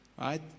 right